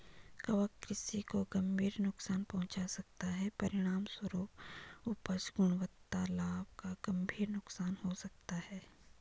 कवक कृषि को गंभीर नुकसान पहुंचा सकता है, परिणामस्वरूप उपज, गुणवत्ता, लाभ का गंभीर नुकसान हो सकता है